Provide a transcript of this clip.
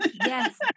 Yes